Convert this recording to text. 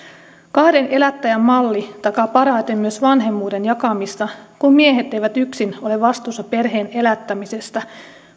kahden elättäjän malli takaa parhaiten myös vanhemmuuden jakamista kun miehet eivät yksin ole vastuussa perheen elättämisestä